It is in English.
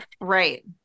Right